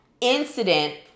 incident